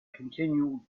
continue